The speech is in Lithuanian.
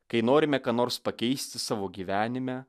kai norime ką nors pakeisti savo gyvenime